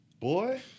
Boy